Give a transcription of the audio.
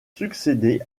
succédé